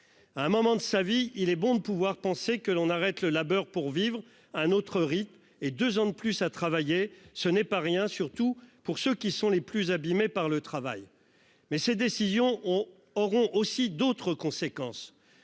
À un moment de sa vie, il est bon de pouvoir penser que l'on arrête le labeur pour vivre un autre rythme et 2 ans de plus à travailler, ce n'est pas rien, surtout pour ceux qui sont les plus abîmés par le travail. Mais ces décisions ont auront aussi d'autres conséquences.